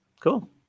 Cool